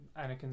Anakin